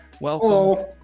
Welcome